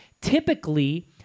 typically